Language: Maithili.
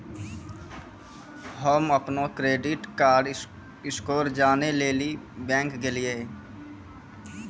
हम्म अपनो क्रेडिट कार्ड स्कोर जानै लेली बैंक गेलियै